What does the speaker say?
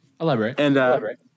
Elaborate